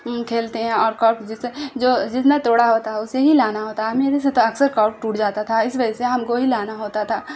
کھیلتے ہیں اور کارک جس سے جو جس نے توڑا ہوتا ہے اسے ہی لانا ہوتا ہے میرے سے تو اکثر کارک ٹوٹ جاتا تھا اس وجہ سے ہم کو ہی لانا ہوتا تھا